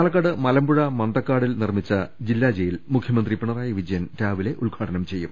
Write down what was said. പാലക്കാട് മലമ്പുഴ മന്തക്കാടിൽ നിർമ്മിച്ച ജില്ലാ ജയിൽ മുഖ്യ മന്ത്രി പിണറായി വിജയൻ രാവിലെ ഉദ്ഘാടനം ചെയ്യും